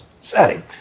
setting